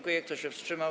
Kto się wstrzymał?